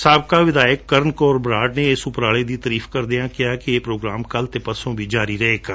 ਸਾਬਕਾ ਵਿਧਾਇਕ ਕਰਨ ਕੌਰ ਬਰਾੜ ਨੇ ਇਸ ਉਪਰਾਲੇ ਦੀ ਤਾਰੀਫ ਕਰਦਿਆਂ ਕਿਹਾ ਕਿ ਇਹ ਪ੍ਰੋਗਰਾਮ ਕਲੁ ਅਤੇ ਪਰਸੋਂ ਵੀ ਜਾਰੀ ਰਹੇਗਾ